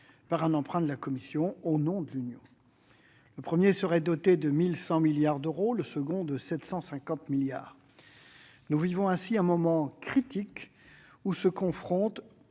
par un emprunt de la Commission, au nom de l'Union. Le premier serait doté de 1 100 milliards d'euros et le second de 750 milliards d'euros. Nous vivons ainsi un moment critique où se confrontent